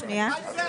שנייה.